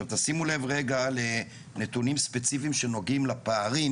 תשימו לב רגע לנתונים ספציפיים שנוגעים לפערים